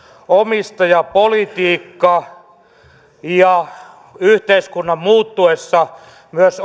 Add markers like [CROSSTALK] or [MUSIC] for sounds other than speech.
omistajapolitiikka ja yhteiskunnan muuttuessa myös [UNINTELLIGIBLE]